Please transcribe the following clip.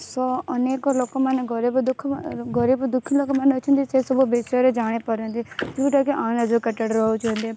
ସ ଅନେକ ଲୋକମାନେ ଗରିବ ଦୁଃଖ ଗରିବ ଦୁଃଖି ଲୋକମାନେ ଅଛନ୍ତି ସେ ସବୁ ବିଷୟରେ ଜାଣିପାରନ୍ତି ଯେଉଁଟା କି ଅନଏଜୁକେଟେଡ଼୍ ରହୁଛନ୍ତି